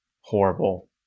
horrible